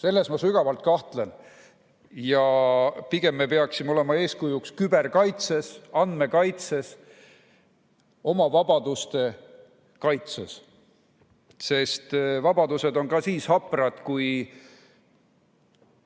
Selles ma sügavalt kahtlen. Pigem me peaksime olema eeskujuks küberkaitses, andmekaitses, oma vabaduste kaitses. Sest vabadused on ka siis haprad, kui